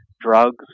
drugs